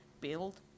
build